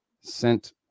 sent